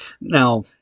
Now